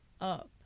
up